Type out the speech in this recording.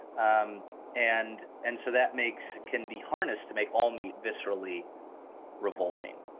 um and and so, that makes can be harness to make all meat viscerally revolting.